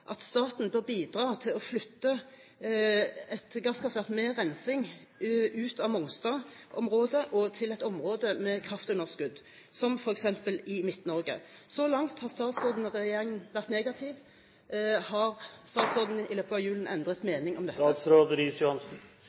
at staten bør bidra til å flytte et gasskraftverk med rensing ut av Mongstad-området og til et område med kraftunderskudd, f.eks. i Midt-Norge. Så langt har statsråden og regjeringen vært negative. Har statsråden i løpet av julen endret mening om dette?